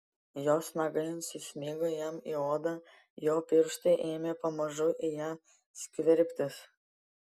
jos nagai susmigo jam į odą jo pirštai ėmė pamažu į ją skverbtis